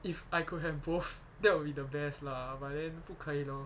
if I could have both that would be the best lah but then 不可以 lor